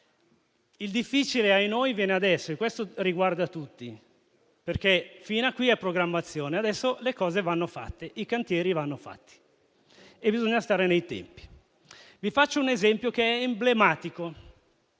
Il difficile - ahinoi - viene adesso e questo riguarda tutti. Fin qui è programmazione, adesso le cose vanno fatte, i cantieri vanno fatti e bisogna stare nei tempi. Faccio un esempio che è emblematico,